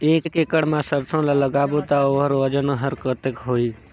एक एकड़ मा सरसो ला लगाबो ता ओकर वजन हर कते होही?